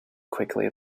quickly